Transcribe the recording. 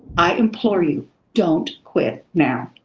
i implore you don't quit now.